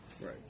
Right